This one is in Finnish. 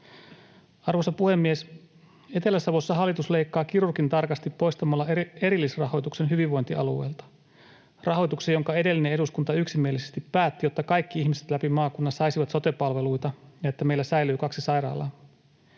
Arvoisa puhemies! Etelä-Savossa hallitus leikkaa kirurgintarkasti poistamalla erillisrahoituksen hyvinvointialueelta, rahoituksen, jonka edellinen eduskunta yksimielisesti päätti, jotta kaikki ihmiset läpi maakunnan saisivat sote-palveluita ja jotta meillä säilyy kaksi sairaalaa.